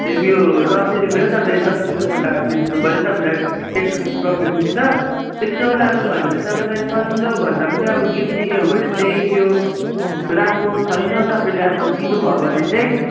ऊ यो नब्बे रुपियाँ हो तपाईँले दस रुपियाँ गोटा बेच्नु पऱ्यो तपाईँलाई टेन रुपिस प्रफिट हुन्छ यस्तो लानुभयो भने तपाईँलाई सजिलोभन्दा पनि अब गिफ्ट दिने हो भने चाहिँ त्यो राम्रो छैन तपाईँले अब दिनुभयो भने चाहिँ